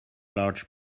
large